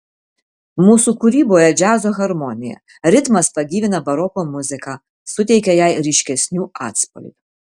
mūsų kūryboje džiazo harmonija ritmas pagyvina baroko muziką suteikia jai ryškesnių atspalvių